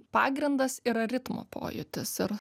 pagrindas yra ritmo pojūtis ir